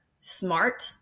smart